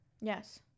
Yes